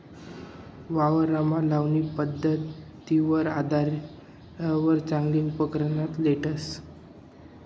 वावरमा लावणी पध्दतवर आधारवर चांगला उपकरण लेतस